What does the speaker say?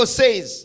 says